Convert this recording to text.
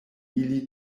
ili